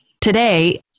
Today